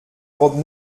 robe